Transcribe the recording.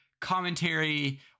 commentary